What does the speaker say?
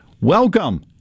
Welcome